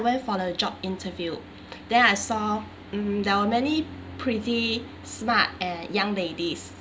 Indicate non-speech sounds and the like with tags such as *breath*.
went for a job interview *breath* then I saw mm there were many pretty smart and young ladies